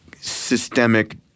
systemic